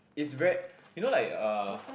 is very you know like uh